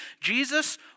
Jesus